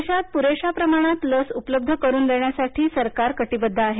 देशात पुरेशा प्रमाणात लस उपलब्ध करून देण्यासाठी सरकार कटिबद्ध आहे